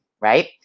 right